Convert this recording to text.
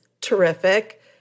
terrific